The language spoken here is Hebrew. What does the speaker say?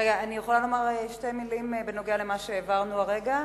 אני יכולה לומר שתי מלים בנוגע למה שהעברנו הרגע?